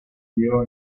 dio